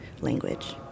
language